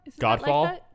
Godfall